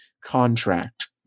contract